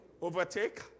overtake